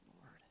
Lord